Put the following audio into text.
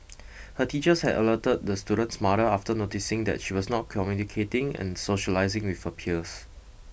her teachers had alerted the student's mother after noticing that she was not communicating and socialising with her peers